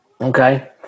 Okay